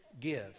give